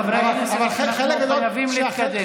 חברי הכנסת, אנחנו חייבים להתקדם.